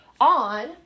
on